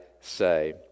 say